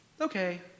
okay